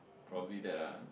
probably that ah